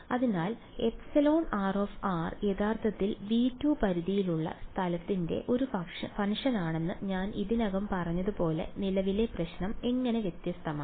അതിനാൽ εr യഥാർത്ഥത്തിൽ V2 പരിധിയിലുള്ള സ്ഥലത്തിന്റെ ഒരു ഫംഗ്ഷനാണെന്ന് ഞാൻ ഇതിനകം പറഞ്ഞതുപോലെ നിലവിലെ പ്രശ്നം എങ്ങനെ വ്യത്യസ്തമാണ്